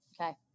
okay